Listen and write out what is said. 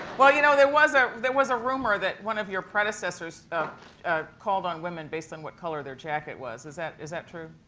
you know there was ah there was a rumor that one of your predecessors called on women base on what color their jacket was. is that is that true?